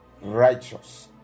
righteous